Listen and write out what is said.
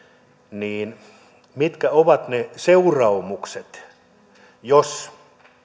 niin mitkä ovat ne seuraamukset jos